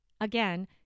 again